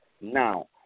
Now